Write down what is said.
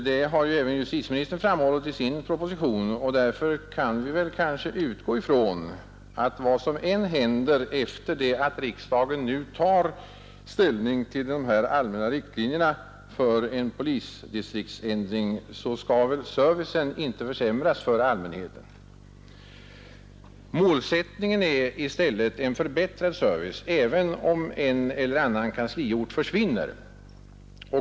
Detta har även justitieministern framhållit i sin proposition och därför kanske vi kan utgå ifrån att vad som än händer efter det att riksdagen nu tar ställning till dessa allmänna riktlinjer för en polisdistriktsändring skall väl servicen inte försämras för allmänheten. Målsättningen är i stället en förbättrad service även om en eller annan kansliort försvinner.